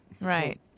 Right